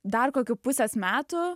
dar kokių pusės metų